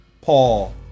Paul